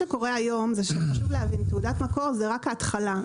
צריך להבין שתעודת מקור היא רק ההתחלה,